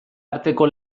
arteko